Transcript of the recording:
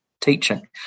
teaching